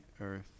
earth